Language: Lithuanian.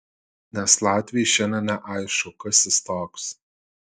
nes latviui šiandien neaišku kas jis toks